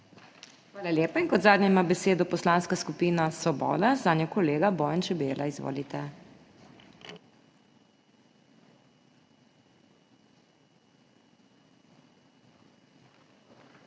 Hvala lepa. In kot zadnja ima besedo Poslanska skupina Svoboda, zanjo kolega Bojan Čebela. Izvolite.